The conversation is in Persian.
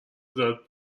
داد